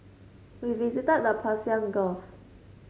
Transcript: we visited the Persian Gulf